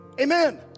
Amen